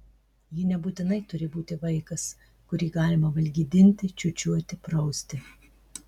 ji nebūtinai turi būti vaikas kurį galima valgydinti čiūčiuoti prausti